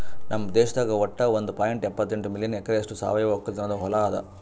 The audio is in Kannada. ನಮ್ ದೇಶದಾಗ್ ವಟ್ಟ ಒಂದ್ ಪಾಯಿಂಟ್ ಎಪ್ಪತ್ತೆಂಟು ಮಿಲಿಯನ್ ಎಕರೆಯಷ್ಟು ಸಾವಯವ ಒಕ್ಕಲತನದು ಹೊಲಾ ಅದ